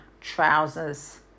trousers